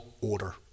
order